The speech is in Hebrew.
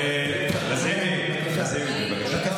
אינו נוכח,